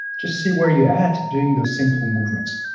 just see where you're at doing those simple movements.